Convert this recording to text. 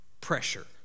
Pressure